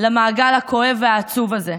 למעגל הכואב והעצוב הזה.